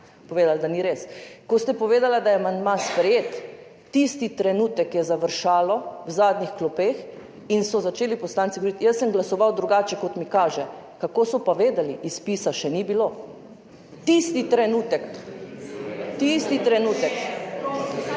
povedali, da ni res. Ko ste povedali, da je amandma sprejet, tisti trenutek je završalo v zadnjih klopeh in so začeli poslanci govoriti: »Jaz sem glasoval drugače, kot mi kaže.« Kako so pa vedeli, izpisa še ni bilo? Tisti trenutek. Tisti trenutek.